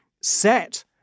set